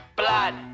blood